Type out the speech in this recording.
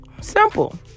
Simple